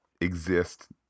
exist